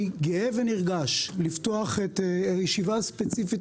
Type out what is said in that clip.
אני גאה ונרגש לפתוח את הישיבה הספציפית